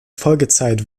folgezeit